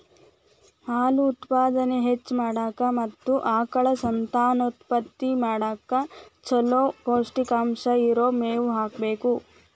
ಹಾಲು ಉತ್ಪಾದನೆ ಹೆಚ್ಚ್ ಮಾಡಾಕ ಮತ್ತ ಆಕಳ ಸಂತಾನೋತ್ಪತ್ತಿ ಮಾಡಕ್ ಚೊಲೋ ಪೌಷ್ಟಿಕಾಂಶ ಇರೋ ಮೇವು ಹಾಕಬೇಕು